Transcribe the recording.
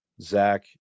Zach